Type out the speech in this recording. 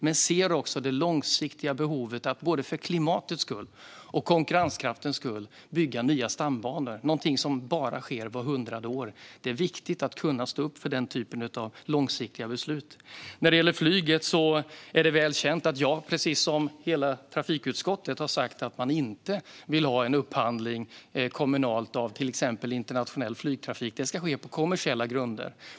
Men vi ser också det långsiktiga behovet av att både för klimatets och för konkurrenskraftens skull bygga nya stambanor, något som bara sker vart hundrade år. Det är viktigt att kunna stå upp för den typen av långsiktiga beslut. När det gäller flyget är det välkänt att jag precis som hela trafikutskottet har sagt att vi inte vill ha kommunal upphandling av till exempel internationell flygtrafik. Det ska ske på kommersiella grunder.